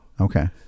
okay